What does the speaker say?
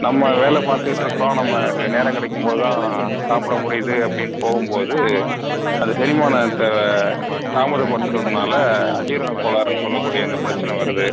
நம்ம வேலை பார்த்துக்கிட்டுருக்குறோம் நம்ம அது நேரம் கிடைக்கும் போதுதான் சாப்பிட முடியுது அப்டின்னு போகும்போது அது செரிமானத்தை தாமதப்படுத்துகிறதுனால அஜீரண கோளாறுனு சொல்லக்கூடிய இந்த பிரச்சனை வருது